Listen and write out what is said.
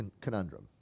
conundrum